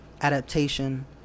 adaptation